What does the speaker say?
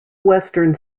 western